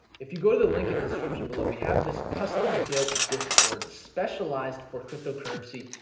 if you go to the link in the description below. we have this custom-built discord specialized for cryptocurrency,